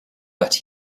but